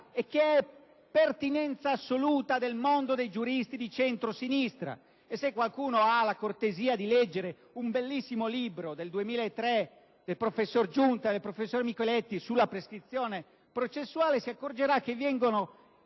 e che è pertinenza assoluta del mondo dei giuristi di centrosinistra. Se qualcuno avrà la cortesia di leggere un bellissimo libro del 2003 dei professori Giunta e Micheletti sulla prescrizione processuale, si accorgerà che vengono